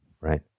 Right